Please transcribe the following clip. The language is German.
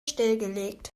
stillgelegt